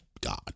god